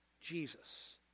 Jesus